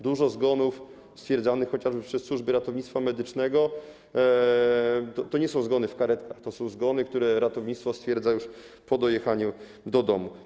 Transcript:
Dużo zgonów stwierdzanych chociażby przez służby ratownictwa medycznego to nie są zgony w karetkach, to są zgony, które ratownictwo stwierdza już po dojechaniu do domu.